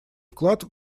вклад